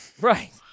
Right